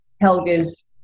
Helga's